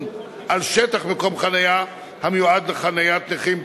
על שטח מקום חנייה המיועד לחניית נכים,